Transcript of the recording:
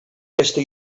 pesta